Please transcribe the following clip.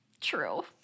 True